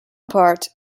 part